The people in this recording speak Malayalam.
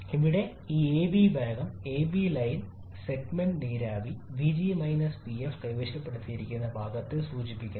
ഇവിടെ ഈ എബി ഭാഗം എബി ലൈൻ സെഗ്മെന്റ് നീരാവി vavg vf കൈവശപ്പെടുത്തിയ ഭാഗത്തെ സൂചിപ്പിക്കുന്നു